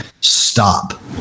Stop